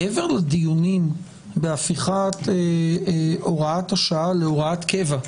מעבר לדיונים בהפיכת הוראת השעה להוראת קבע,